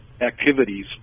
activities